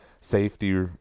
safety